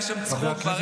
היה שם צחוק ברקע.